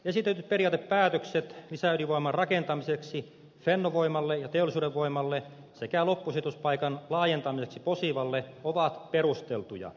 esitetyt periaatepäätökset lisäydinvoiman rakentamiseksi fennovoimalle ja teollisuuden voimalle sekä loppusijoituspaikan laajentamiseksi posivalle ovat perusteltuja